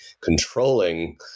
controlling